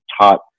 taught